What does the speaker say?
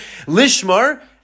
Lishmar